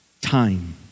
time